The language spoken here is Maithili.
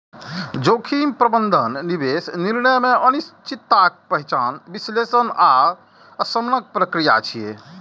जोखिम प्रबंधन निवेश निर्णय मे अनिश्चितताक पहिचान, विश्लेषण आ शमनक प्रक्रिया छियै